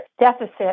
deficit